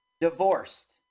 divorced